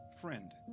Friend